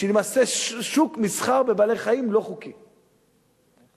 שהוא למעשה שוק למסחר לא-חוקי בבעלי-חיים,